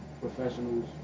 professionals